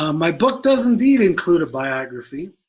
um my book does indeed include a biography,